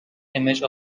image